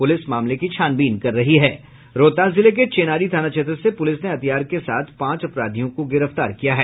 police मामले की छानबीन कर रही है रोहतास जिले के चेनारी थाना क्षेत्र से पुलिस ने हथियार के साथ पांच अपराधियों को गिरफ्तार किया है